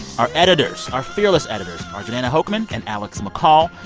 our editors our fearless editors are jordana hochman and alex mccall.